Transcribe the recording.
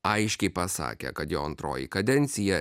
aiškiai pasakė kad jo antroji kadencija